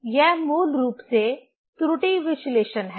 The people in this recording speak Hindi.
यह मूल रूप से त्रुटि विश्लेषण है